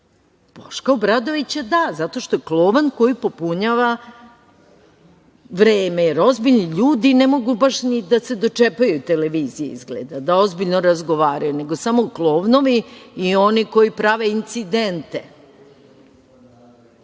Boška Obradovića da, zato što je klovan koji popunjava vreme, jer ozbiljni ljudi ne mogu da se dočepaju televizije, izgleda, da ozbiljno razgovaraju, nego samo klovnovi i oni koji prave incidente.